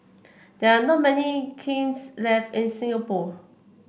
there are not many kilns left in Singapore